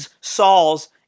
Saul's